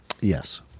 Yes